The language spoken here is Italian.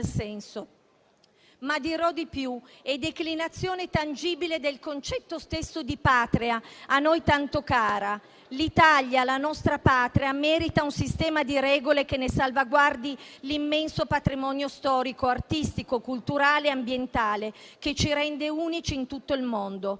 ma dirò di più: è la declinazione tangibile del concetto stesso di patria, a noi tanto caro. L'Italia, la nostra Patria, merita un sistema di regole che ne salvaguardi l'immenso patrimonio storico, artistico, culturale e ambientale, che ci rende unici in tutto il mondo.